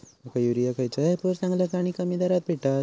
माका युरिया खयच्या ऍपवर चांगला आणि कमी दरात भेटात?